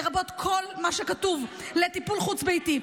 לרבות כל מה שכתוב: לטיפול חוץ-ביתי,